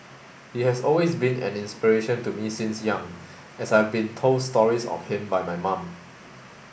he has always been an inspiration to me since young as I've been told stories of him by my mum